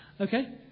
Okay